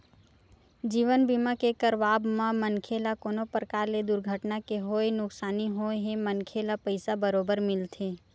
जीवन बीमा के करवाब म मनखे ल कोनो परकार ले दुरघटना के होय नुकसानी होए हे मनखे ल पइसा बरोबर मिलथे